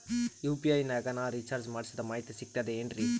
UPI ನಾಗ ನಾ recharge ಮಾಡಿಸಿದ ಮಾಹಿತಿ ಸಿಕ್ತದೆ ಏನ್ರಿ?